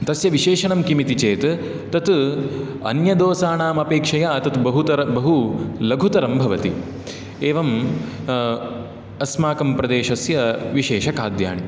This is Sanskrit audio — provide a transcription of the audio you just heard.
तस्य विशेषणं किम् इति चेत् तत् अन्यदोसानाम् अपेक्षया तत् बहुतर लघुतरं भवति एवम् अस्माकं प्रदेशस्य विशेषखाद्यानि